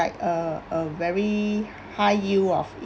a a very high yield of